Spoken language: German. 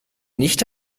nicht